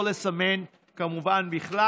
לא לסמן בכלל.